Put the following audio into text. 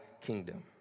kingdom